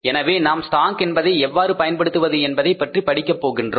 எனவே நாம் ஸ்டாக் என்பதை எவ்வாறு பயன்படுத்துவது என்பதை பற்றி படிக்க போகின்றோம்